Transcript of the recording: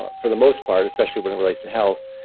ah for the most part, especially when it relates to health.